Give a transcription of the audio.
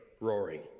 roaring